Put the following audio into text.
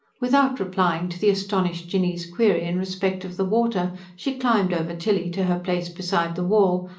without replying to the astonished jinny's query in respect of the water, she climbed over tilly to her place beside the wall,